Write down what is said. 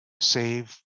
save